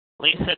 Lisa